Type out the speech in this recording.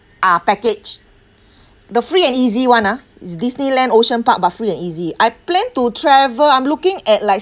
ah package the free and easy [one] ah disneyland ocean park but free and easy I plan to travel I'm looking at like